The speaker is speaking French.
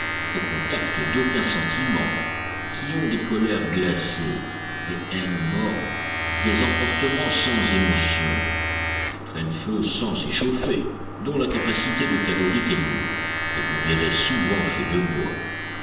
au contact d'aucun sentiment qui ont des colères glacées des haines mornes des emportements sans émotion qui prennent feu sans s'échauffer dont la capacité de calorique est nulle et qu'on dirait souvent faits de bois